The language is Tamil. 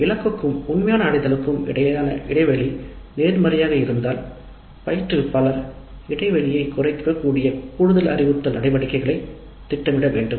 இலக்குக்கும் உண்மையான அடையலுக்கும் இடையிலான இடைவெளி நேர்மறையானதாக இருந்தால் பயிற்றுவிப்பாளர் இடைவெளியைக் குறைக்கக்கூடிய கூடுதல் அறிவுறுத்தல் நடவடிக்கைகளை திட்டமிட வேண்டும்